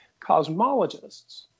cosmologists